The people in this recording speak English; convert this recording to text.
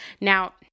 now